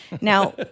Now